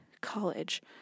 college